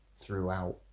throughout